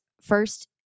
first